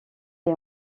est